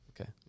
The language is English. Okay